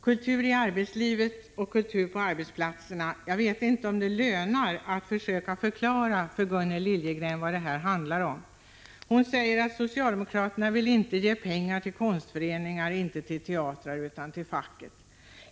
Herr talman! Jag vet inte om det är lönt att försöka förklara för Gunnel Liljegren vad det handlar om när det gäller kultur i arbetslivet och kultur på arbetsplatserna. Hon säger att socialdemokraterna inte vill ge pengar till konstföreningar eller teatrar, utan till facket.